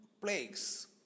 plagues